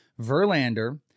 Verlander